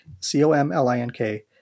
C-O-M-L-I-N-K